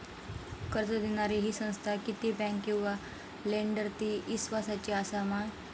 कर्ज दिणारी ही संस्था किवा बँक किवा लेंडर ती इस्वासाची आसा मा?